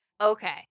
Okay